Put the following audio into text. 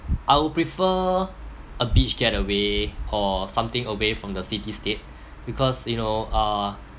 I would prefer a beach getaway or something away from the city state because you know uh